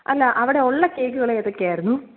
അല്ല അവിടെ ഉള്ള കേക്കുകൾ ഏതൊക്കെ ആയിരുന്നു